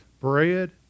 bread